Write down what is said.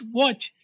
watch